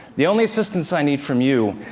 the only assistance i need from you,